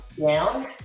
Down